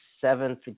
seventh